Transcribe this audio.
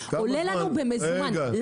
עולה לנו במזומן.